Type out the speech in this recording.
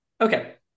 Okay